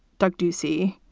doug ducey.